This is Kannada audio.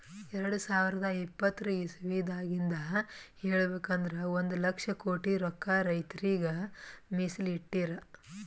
ಎರಡ ಸಾವಿರದ್ ಇಪ್ಪತರ್ ಇಸವಿದಾಗಿಂದ್ ಹೇಳ್ಬೇಕ್ ಅಂದ್ರ ಒಂದ್ ಲಕ್ಷ ಕೋಟಿ ರೊಕ್ಕಾ ರೈತರಿಗ್ ಮೀಸಲ್ ಇಟ್ಟಿರ್